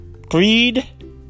Greed